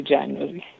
January